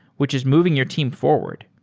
which is moving your team forward.